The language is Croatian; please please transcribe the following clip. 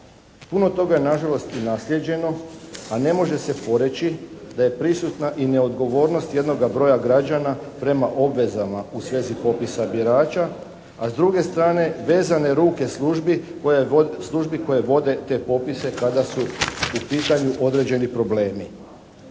Puno toga je nažalost i naslijeđeno a ne može se poreći da je prisutna i neodgovornost jednoga broja građana prema obvezama u svezi popisa birača, a s druge strane vezane ruke službi koje vode te popise kada su u pitanju određeni problemi.